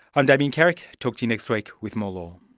i'm damien carrick, talk to you next week with more law